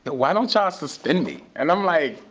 but why don't y'all suspend me? and i'm like,